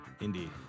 indeed